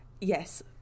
yes